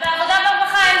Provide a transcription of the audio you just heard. אז בעבודה ורווחה.